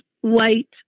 white